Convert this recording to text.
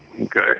Okay